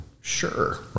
Sure